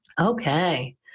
Okay